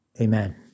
Amen